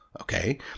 okay